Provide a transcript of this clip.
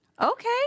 okay